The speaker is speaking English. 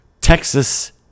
Texas